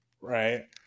right